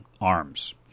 arms